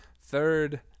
third